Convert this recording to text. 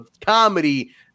comedy